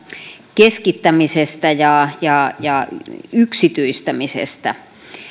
keskittämisestä ja ja yksityistämisestä